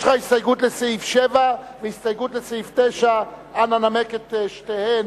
יש לך הסתייגות לסעיף 7 והסתייגות לסעיף 9. אנא נמק את שתיהן